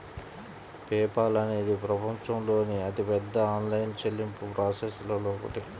pay Paul అనేది ప్రపంచంలోని అతిపెద్ద ఆన్లైన్ చెల్లింపు ప్రాసెసర్లలో ఒకటి